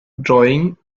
drawing